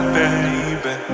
baby